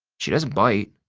she doesn't bite.